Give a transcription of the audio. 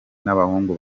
n’abahungu